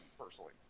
personally